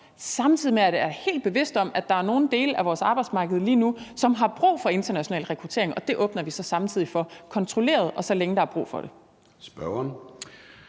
samtidig med at jeg er helt bevidst om, at der er nogle dele af vores arbejdsmarked lige nu, som har brug for international rekruttering, og det åbner vi så samtidig for, kontrolleret, og så længe der er brug for det. Kl.